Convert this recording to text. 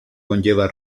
conlleva